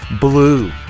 blue